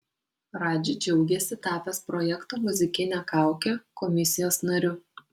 radži džiaugiasi tapęs projekto muzikinė kaukė komisijos nariu